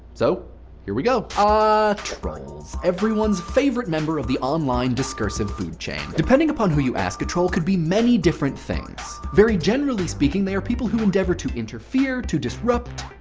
so here we go. ah, trolls, everyone's favorite member of the online discursive food chain. depending upon who you ask, a troll could be many different things. very generally speaking, they are people who endeavor to interfere, to disrupt,